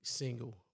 single